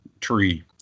tree